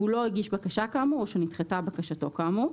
והוא לא הגיש בקשה כאמור או שנדחתה בקשתו כאמור.